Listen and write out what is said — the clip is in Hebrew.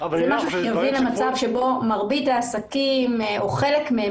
זה משהו שיביא למצב שבו מרבית העסקים או חלק מהם,